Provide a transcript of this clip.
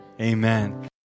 Amen